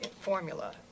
formula